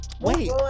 Wait